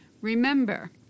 Remember